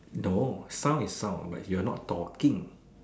no sound is sound but you are talking